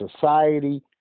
society